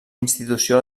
institució